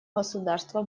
государства